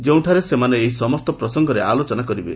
ଯେଉଁଠାରେ ସେମାନେ ଏହି ସମସ୍ତ ପ୍ରସଙ୍ଗରେ ଆଲୋଚନା କରିବେ